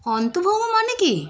অন্তভৌম মানে কী